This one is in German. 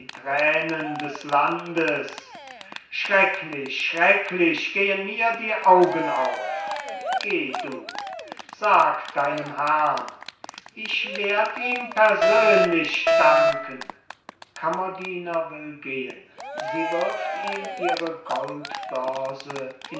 thränen des landes schrecklich schrecklich gehen mir die augen auf geb du sag deinem herrn ich werd ihm persönlich danken kammerdiener will gehen sie wirft ihm ihre